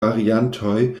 variantoj